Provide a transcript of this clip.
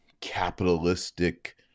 capitalistic